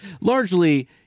largely